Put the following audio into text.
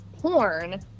porn